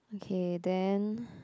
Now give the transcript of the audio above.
okay then